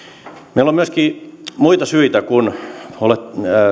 meillä on myöskin muita syitä